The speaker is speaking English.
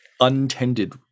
Untended